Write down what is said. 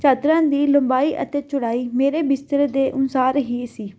ਚਾਦਰਾਂ ਦੀ ਲੰਬਾਈ ਅਤੇ ਚੌੜਾਈ ਮੇਰੇ ਬਿਸਤਰੇ ਦੇ ਅਨੁਸਾਰ ਹੀ ਸੀ